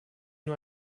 nur